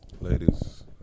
Ladies